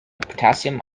potassium